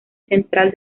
central